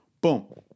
boom